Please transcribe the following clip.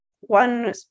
one